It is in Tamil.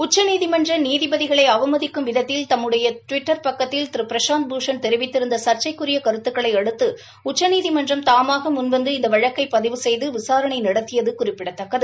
உச்சநீதிமன்ற நீதிபதிகளை அவமதிக்கும் விதத்தில் தன்னுடைய டுவிட்டர் பக்கத்தில் திரு பிரசாந்த் பூஷன் தெரிவித்திருந்த ள்ச்சைக்குரிய கருத்துக்களை அடுத்து உச்சநீதிமன்றம் தாமாக முன்வந்து இந்த வழக்கை பதிவு செய்து விசாரணை நடத்தியது குறிப்பிடத்தக்கது